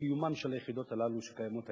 קיומן של היחידות הללו שקיימות היום.